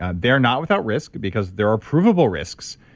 ah they're not without risk because there are provable risks.